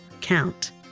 count